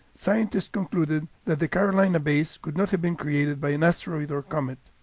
scientists concluded that the carolina bays could not have been created by an asteroid or comet.